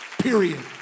Period